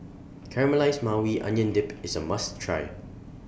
Caramelized Maui Onion Dip IS A must Try